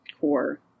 core